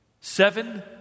Seven